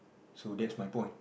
so that's my point